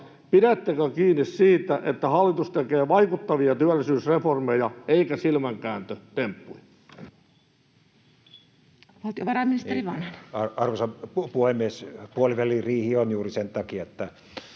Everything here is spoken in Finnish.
Pidättekö kiinni siitä, että hallitus tekee vaikuttavia työllisyysreformeja eikä silmänkääntötemppuja? Valtiovarainministeri Vanhanen. Arvoisa puhemies! Puoliväliriihi on juuri sen takia, että